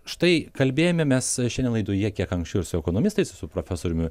štai kalbėjome mes šiandien laidoje kiek anksčiau ir su ekonomistais su profesoriumi